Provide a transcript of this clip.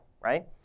right